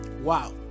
Wow